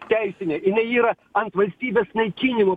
teisinė jinai yra ant valstybės naikinimo